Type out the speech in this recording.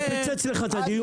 הוא פוצץ לך את הדיון.